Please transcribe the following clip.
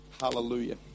Hallelujah